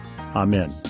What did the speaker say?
Amen